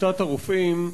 שביתת הרופאים,